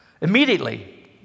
Immediately